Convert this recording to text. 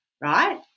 right